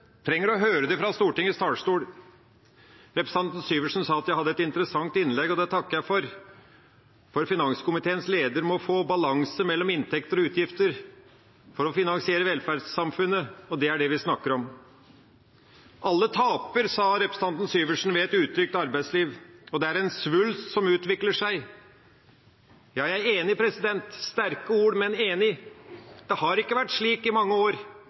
fra Stortingets talerstol. Representanten Syversen sa at jeg hadde et interessant innlegg, og det takker jeg for, for finanskomiteens leder må få til en balanse mellom inntekter og utgifter for å finansiere velferdssamfunnet. Det er det vi snakker om. Alle taper på et utrygt arbeidsliv, og det er en svulst som utvikler seg, sa representanten Syversen. Jeg er enig. Det er sterke ord, men jeg er enig. Det har ikke vært slik i mange år,